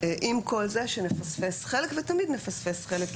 עם כל זה שנפספס חלק ותמיד נפספס חלק.